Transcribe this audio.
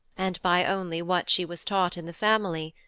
and by only what she was taught in the family,